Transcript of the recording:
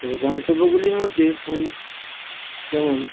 তবে গন্তব্যগুলির মধ্যে কোন যেমন